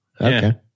Okay